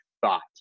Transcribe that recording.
thought